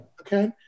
Okay